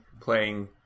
playing